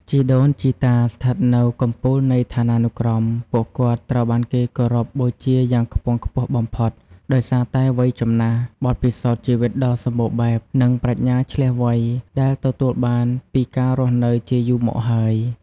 ជីដូនជីតា ស្ថិតនៅកំពូលនៃឋានានុក្រម ពួកគាត់ត្រូវបានគេគោរពបូជាយ៉ាងខ្ពង់ខ្ពស់បំផុត ដោយសារតែ វ័យចំណាស់ បទពិសោធន៍ជីវិតដ៏សម្បូរបែប និងប្រាជ្ញាឈ្លាសវៃ ដែលទទួលបានពីការរស់នៅជាយូរមកហើយ។